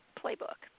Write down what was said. playbook